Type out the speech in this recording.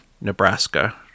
Nebraska